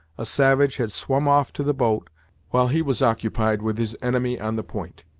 a savage had swum off to the boat while he was occupied with his enemy on the point,